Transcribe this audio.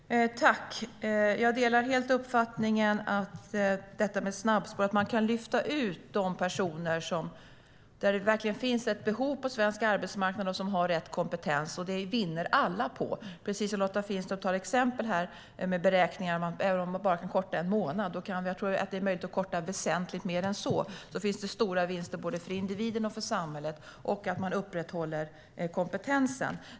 Herr talman! Jag delar helt uppfattningen beträffande detta med snabbspår, att man där det verkligen finns ett behov på svensk arbetsmarknad kan lyfta ut de personer som har rätt kompetens. Det vinner alla på. Lotta Finstorp hade ju ett exempel med beräkningen om man bara kan korta en månad. Jag tror att det är möjligt att korta väsentligt mer än så. Då finns det stora vinster både för individen och för samhället, och det innebär att man upprätthåller kompetensen.